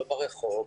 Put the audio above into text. לא ברחוב,